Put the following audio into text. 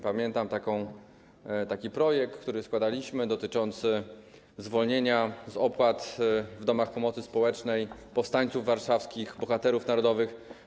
Pamiętam taki projekt, który składaliśmy, dotyczący zwolnienia z opłat w domach pomocy społecznej powstańców warszawskich, bohaterów narodowych.